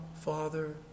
Father